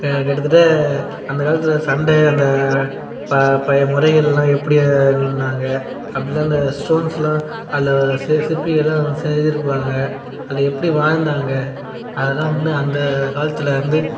கிட்டத்தட்ட அந்த காலத்தில் சண்டை அந்த ப பழைய முறைகளெலாம் எப்படி நின்றாங்க அப்படிலாம் இந்த ஸ்டோன்ஸெலாம் அதில் சி சிற்பிகளெலாம் செய்திருப்பாங்க அது எப்படி வாழ்ந்தாங்க அதெல்லாம் வந்து அந்த காலத்துலிருந்து